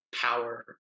power